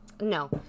No